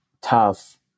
tough